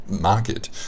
market